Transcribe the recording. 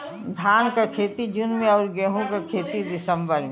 धान क खेती जून में अउर गेहूँ क दिसंबर में?